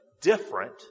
different